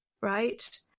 right